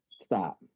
stop